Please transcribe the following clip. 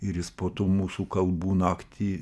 ir jis po tų mūsų kalbų naktį